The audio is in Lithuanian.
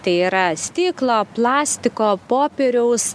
tai yra stiklo plastiko popieriaus